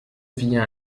via